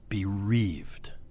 bereaved